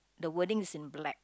the wording is in black